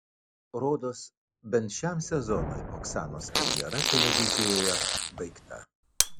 rodos bent šiam sezonui oksanos karjera televizijoje baigta